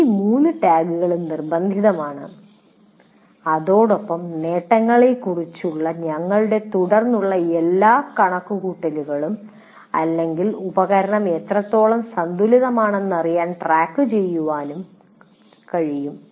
ഈ മൂന്ന് ടാഗുകളും നിർബന്ധിതമാണ് അതോടൊപ്പം നേട്ടങ്ങളെക്കുറിച്ചുള്ള ഞങ്ങളുടെ തുടർന്നുള്ള എല്ലാ കണക്കുകൂട്ടലുകളും അല്ലെങ്കിൽ ഉപകരണം എത്രത്തോളം സന്തുലിതമാണെന്നറിയാൻ ട്രാക്കുചെയ്യാനും കഴിയും